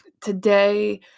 today